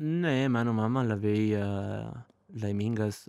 ne mano mama labai laimingas